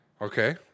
Okay